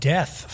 Death